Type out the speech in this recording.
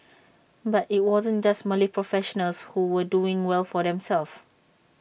but IT wasn't just Malay professionals who were doing well for themselves